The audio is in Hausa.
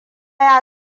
ya